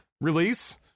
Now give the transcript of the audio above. release